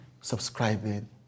subscribing